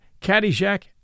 Caddyshack